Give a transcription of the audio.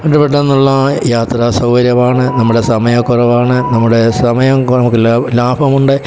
എന്ത് പെട്ടെന്നുള്ള യാത്രാ സൗകര്യമാണ് നമ്മുടെ സമയക്കുറവാണ് നമ്മുടെ സമയം കുറവ് നമുക്ക് ലാഭമുണ്ട്